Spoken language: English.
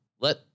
Let